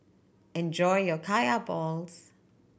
enjoy your Kaya balls